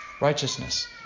righteousness